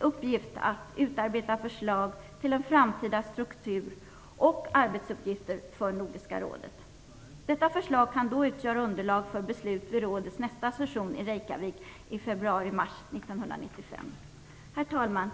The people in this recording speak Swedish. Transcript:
uppgift att utarbeta förslag till en framtida struktur och arbetsuppgifter för Nordiska rådet. Detta förslag kan då utgöra underlag för beslut vid rådets nästa session i Reykjavik i februari-mars 1995. Herr talman!